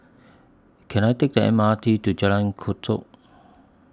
Can I Take The M R T to Jalan Kechot